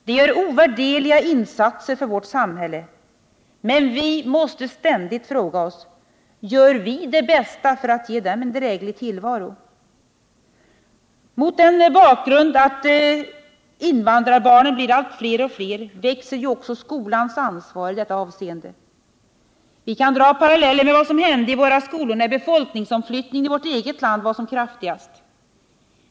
De gör ovärderliga insatser för vårt samhälle, men vi måste ständigt fråga oss: Gör vi det bästa för att ge dem en dräglig tillvaro? Mot bakgrunden att invandrarbarnen blir allt fler växer också skolans ansvar i detta avseende. Vi kan dra en parallell med vad som hände i våra skolor när befolkningsförflyttningen i vårt eget land var som kraftigast.